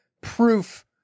proof